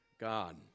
God